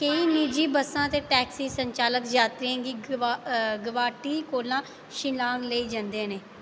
केईं निजी बस्सां ते टैक्सी संचालक यात्रियें गी गुवाटी कोला शिलांग लेई जंदे न